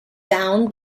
down